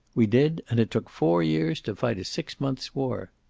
we did. and it took four years to fight a six-months war.